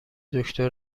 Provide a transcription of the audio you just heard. دکتر